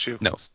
no